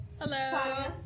Hello